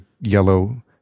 yellow